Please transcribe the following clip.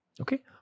Okay